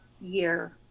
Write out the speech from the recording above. year